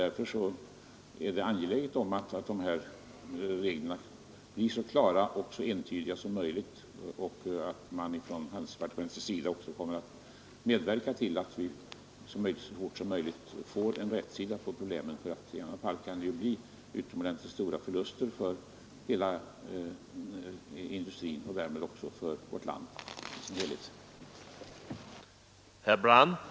Därför är det angeläget att reglerna blir så klara och entydiga som möjligt och att man från handelsdepartementets sida också kommer att medverka till att vi så fort som möjligt får rätsida på problemen. I annat fall kan det bli utomordentligt stora förluster för vår industri och därmed för vårt land som helhet.